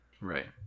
right